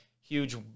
huge